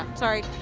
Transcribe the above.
um sorry.